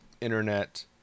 internet